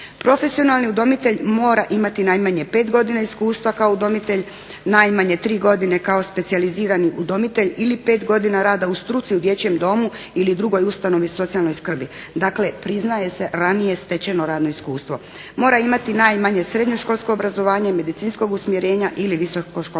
Profesionalni udomitelj mora imati najmanje 5 godina iskustva kao udomitelj, najmanje tri godine kao specijalizirani udomitelj ili pet godina rada u struci u dječjem domu ili drugoj ustanovi socijalne skrbi. Dakle, priznaje se ranije stečeno radno iskustvo. Mora imati najmanje srednje školsko obrazovanje medicinskog usmjerenja ili visoko školsko